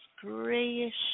grayish